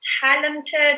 talented